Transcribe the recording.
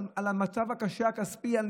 על המצב הכספי הקשה,